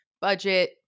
budget